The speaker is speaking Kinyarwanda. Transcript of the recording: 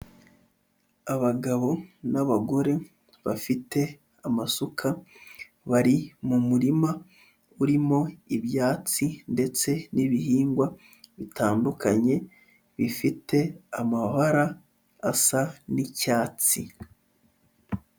Abagabo n'abagore bafite amasuka, bari mu murima urimo ibyatsi ndetse n'ibihingwa bitandukanye, bifite amabara asa n'icyatsi.